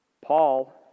Paul